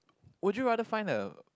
would you rather find a